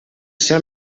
ser